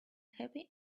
happy